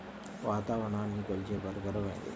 వాతావరణాన్ని కొలిచే పరికరం ఏది?